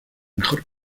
mejor